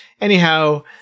Anyhow